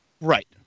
Right